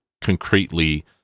concretely